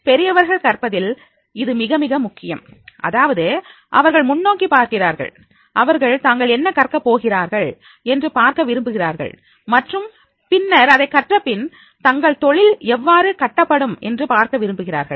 பெரியவர்கள் கற்பதில் இது மிக மிக முக்கியம் அதாவது அவர்கள் முன்னோக்கி பார்க்கிறார்கள் அவர்கள் தாங்கள் என்ன கற்க போகிறார்கள் என்று பார்க்க விரும்புகிறார்கள் மற்றும் பின்னர் அதை கற்றபின் தங்கள் தொழில் எவ்வாறு கட்டப்படும் என்று பார்க்க விரும்புகிறார்கள்